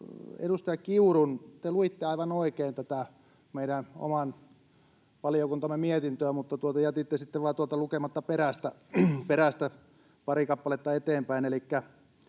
edustaja Kiurun. Te luitte aivan oikein tätä meidän oman valiokuntamme mietintöä, mutta jätitte sitten vain lukematta tuolta perästä pari kappaletta eteenpäin